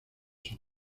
son